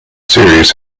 series